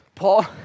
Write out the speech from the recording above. Paul